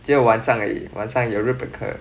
只有晚上而已晚上有日本课